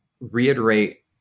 reiterate